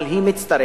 אבל היא מצטרפת,